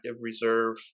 reserve